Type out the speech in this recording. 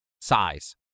Size